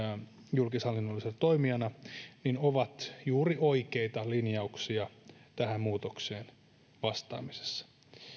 julkishallinnollisena toimijana ovat juuri oikeita linjauksia tähän muutokseen vastaamisessa